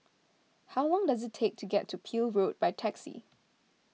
how long does it take to get to Peel Road by taxi